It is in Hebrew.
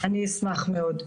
אני אשמח מאוד.